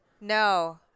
No